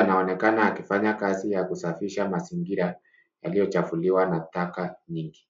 Anaonekana akifanya kazi ya kusafisha mazingira ya eneo hilo kwa uangalifu.